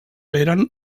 eren